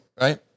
right